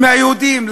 מהיהודים.